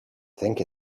think